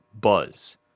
buzz